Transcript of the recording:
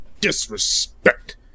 disrespect